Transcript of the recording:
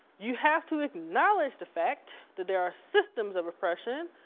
you have to acknowledge the fact that there are systems of oppression